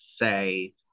say